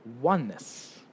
oneness